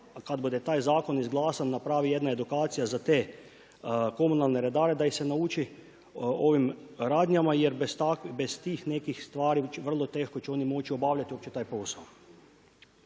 kada bude taj zakon izglasan, napravi jedna edukacija za te komunalne redare, da ih se nauči takvim ovim radnjama, jer bez tih nekih stvari vrlo teško će oni moći obavljati uopće taj posao.